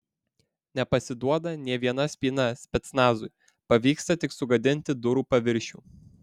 nepasiduoda nė viena spyna specnazui pavyksta tik sugadinti durų paviršių